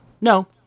no